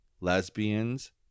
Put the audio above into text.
Lesbians